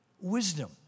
wisdom